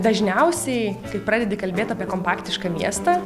dažniausiai kai pradedi kalbėt apie kompaktišką miestą